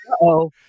Uh-oh